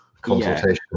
consultation